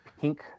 pink